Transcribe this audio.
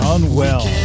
Unwell